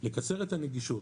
לקצר את הנגישות,